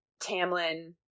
Tamlin